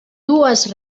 dues